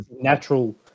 natural